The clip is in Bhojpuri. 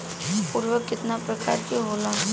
उर्वरक केतना प्रकार के होला?